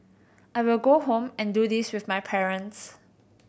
I will go home and do this with my parents